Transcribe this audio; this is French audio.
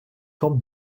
formes